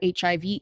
HIV